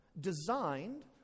designed